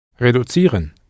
Reduzieren